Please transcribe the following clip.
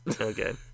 Okay